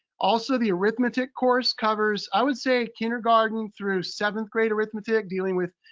also, the arithmetic course covers, i would say kindergarten through seventh grade arithmetic dealing with